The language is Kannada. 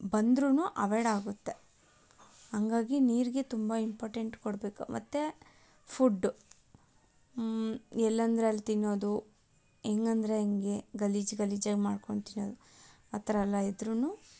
ಬಂದ್ರೂ ಅವೆಯ್ಡ್ ಆಗುತ್ತೆ ಹಂಗಾಗಿ ನೀರಿಗೆ ತುಂಬ ಇಂಪಾರ್ಟೆಂಟ್ ಕೊಡಬೇಕು ಮತ್ತು ಫುಡ್ಡು ಎಲ್ಲೆಂದ್ರಲ್ಲಿ ತಿನ್ನೋದು ಹೆಂಗಂದ್ರೆ ಹಂಗೆ ಗಲೀಜು ಗಲೀಜಾಗಿ ಮಾಡ್ಕೊಂಡು ತಿನ್ನೋದು ಆ ಥರ ಎಲ್ಲ ಇದ್ರೂ